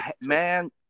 man